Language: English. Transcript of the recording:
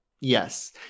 Yes